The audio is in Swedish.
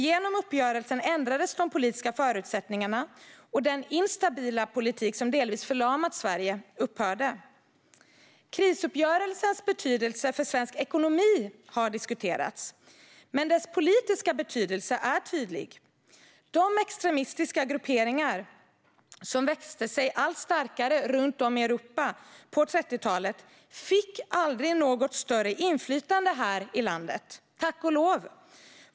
Genom uppgörelsen ändrades de politiska förutsättningarna, och den instabila politik som delvis förlamat Sverige upphörde. Krisuppgörelsens betydelse för svensk ekonomi har diskuterats, men dess politiska betydelse är tydlig. De extremistiska grupperingar som växte sig allt starkare runt om i Europa på 1930-talet fick aldrig något större inflytande här i landet - tack och lov.